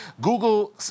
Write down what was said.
Google